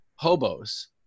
hobos